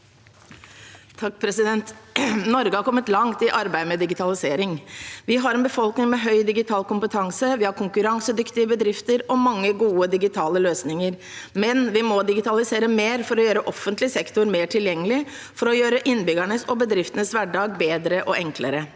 Norge har kommet langt i arbeidet med digitalisering. Vi har en befolkning med høy digital kompetanse, vi har konkurransedyktige bedrifter og mange gode digitale løsninger. Men vi må digitalisere mer for å gjøre offentlig sektor mer tilgjengelig for å gjøre innbyggernes og bedrift enes hverdag bedre og enklere.